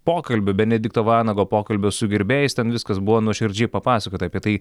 pokalbio benedikto vanago pokalbio su gerbėjais ten viskas buvo nuoširdžiai papasakota apie tai